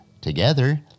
together